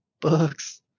Books